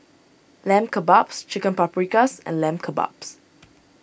Lamb Kebabs Chicken Paprikas and Lamb Kebabs